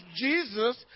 Jesus